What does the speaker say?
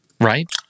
Right